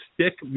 stick